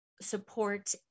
support